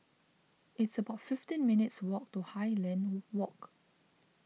it's about fifteen minutes' walk to Highland Walk